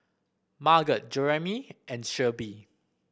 Margot Jeramie and Shelbie